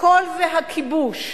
הכול, והכיבוש,